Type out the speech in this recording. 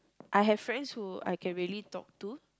I have friends who I can really talk to